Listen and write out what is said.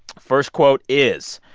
first quote is,